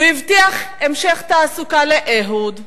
הוא הבטיח המשך תעסוקה לאהוד,